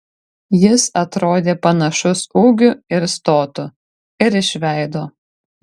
jis atrodė panašus ūgiu ir stotu ir iš veido